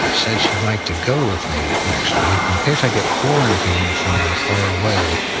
ah said she'd like to go with me next week in case i get quarantined somewhere far away,